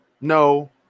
no